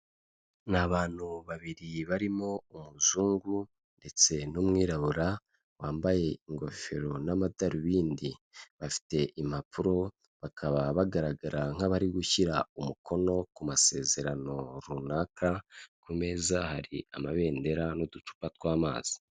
Ni abantu babiri barimo umuzungu ndetse n'umwirabura wambaye ingofero n'amadarubindi bafite impapuro bakaba bagaragara nk'abari gushyira umukono ku masezerano runaka ku meza hari amabendera n'uducupa tw'amazi.